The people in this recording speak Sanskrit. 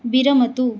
विरमतु